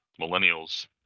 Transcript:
millennials